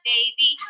Baby